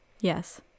yes